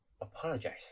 apologize